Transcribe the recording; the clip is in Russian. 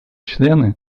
члены